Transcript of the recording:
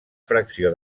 fracció